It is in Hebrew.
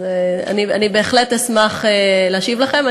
אני בהחלט אשמח להשיב לכם.